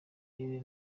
ari